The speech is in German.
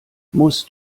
musst